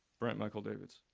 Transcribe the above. brent michael davids.